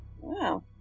Wow